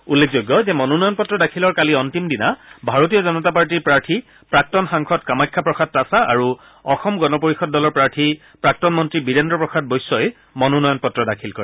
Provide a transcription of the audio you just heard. উল্লেখযোগ্য যে মনোনয়ন পত্ৰ দাখিলৰ কালি অন্তিম দিনা ভাৰতীয় জনতা পাৰ্টীৰ প্ৰাৰ্থী প্ৰাক্তন সাংসদ কামাখ্যা প্ৰসাদ তাছা আৰু অসম গণ পৰিয়দ দলৰ প্ৰাৰ্থী প্ৰাক্তন মন্ত্ৰী বীৰেন্দ্ৰ প্ৰসাদ বৈশ্যই মনোনয়ন পত্ৰ দাখিল কৰে